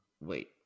Wait